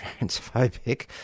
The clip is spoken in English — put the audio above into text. transphobic